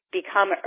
become